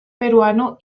peruano